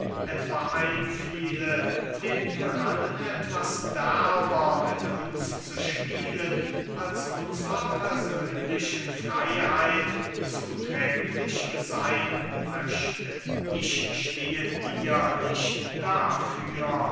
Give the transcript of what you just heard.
etwa einfiele den tyrannen etwas derber mit uns zu spielen als unsrer persönlichen freyheit zuträglich seyn möchte ich stehe dir nicht dafür